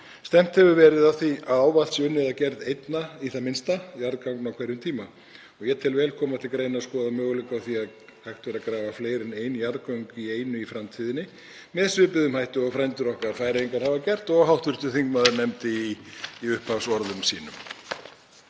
Stefnt hefur verið að því að ávallt sé unnið að gerð einna, í það minnsta, jarðganga á hverjum tíma. Ég tel vel koma til greina að skoða möguleika á því að hægt væri að grafa fleiri en ein jarðgöng í einu í framtíðinni með svipuðum hætti og frændur okkar Færeyingar hafa gert og hv. þingmaður nefndi í upphafsorðum sínum.